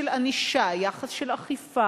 יחס של ענישה, יחס של אכיפה,